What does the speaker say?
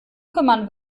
kümmern